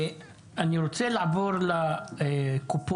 אני רוצה לקופות